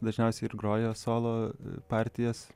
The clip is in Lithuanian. dažniausiai ir groja solo partijas